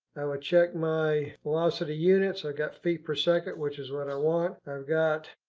would check my velocity units. i've got feet per second, which is what i want. i've got.